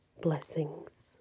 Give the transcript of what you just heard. blessings